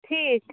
ٹھیٖک